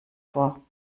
vor